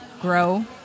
grow